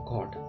God